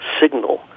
signal